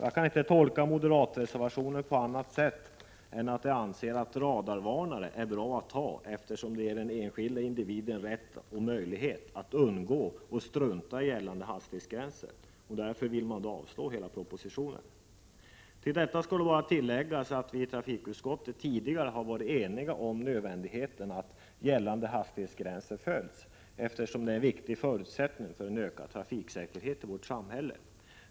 Jag kan inte tolka moderatreservationen på annat sätt än så, att reservanterna anser radarvarnare vara bra att ha, eftersom de ger den enskilde individen rätt och möjlighet att undgå och strunta i gällande hastighetsgrän ser — och därför vill man avslå hela propositionen. Prot. 1987/88:45 Till detta skall då bara läggas att vi i trafikutskottet tidigare varit enigaom 15 december 1987 nödvändigheten av att gällande hastighetsgränser följs, eftersom det ären. == gg viktig förutsättning för en ökad trafiksäkerhet i vårt samhälle.